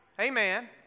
Amen